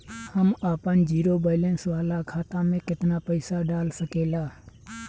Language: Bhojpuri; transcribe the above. हम आपन जिरो बैलेंस वाला खाता मे केतना पईसा डाल सकेला?